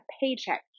paycheck